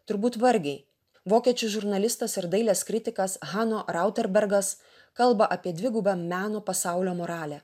turbūt vargiai vokiečių žurnalistas ir dailės kritikas hano rauterbergas kalba apie dvigubą meno pasaulio moralę